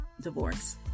divorce